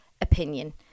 opinion